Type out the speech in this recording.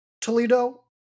Toledo